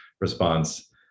response